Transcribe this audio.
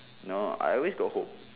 no I always got hope